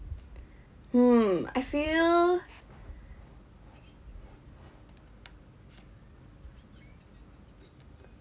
hmm I feel